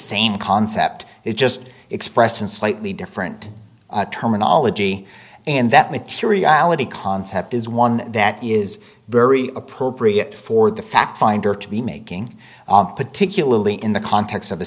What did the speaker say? same concept it just expressed in slightly different terminology and that materiality concept is one that is very appropriate for the fact finder to be making particularly in the context of